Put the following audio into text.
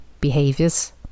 behaviors